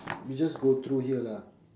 we just go through here lah